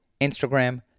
Instagram